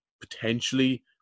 potentially